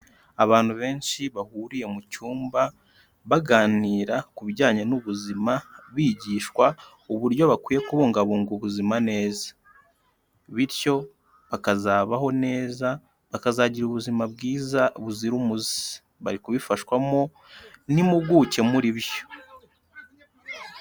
Abantu benshi bahuriye mu cyumba baganira ku bijyanye n'ubuzima, bigishwa uburyo bakwiye kubungabunga ubuzima neza, bityo bakazabaho neza bakazagira ubuzima bwiza buzira umuze bari kubifashwamo n'impuguke muri byo.